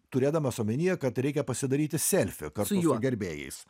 turėdamas omenyje kad reikia pasidaryti selfį kartu su gerbėjais